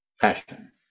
passion